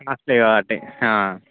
అట్లే కాబట్టి